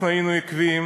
אנחנו היינו עקביים